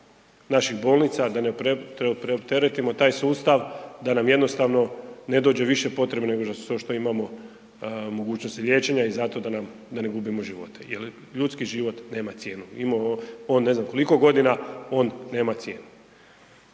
naših bolnica, da ne preopteretimo taj sustava, da nam jednostavno ne dođe više potrebe nego što imamo mogućnosti liječenja i zato da ne gubimo živote jel ljudski život nema cijenu, imao on ne znam koliko godina, on nema cijenu.